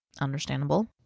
Understandable